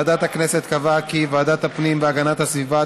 ועדת הכנסת קבעה כי ועדת הפנים והגנת הסביבה